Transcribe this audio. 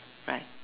right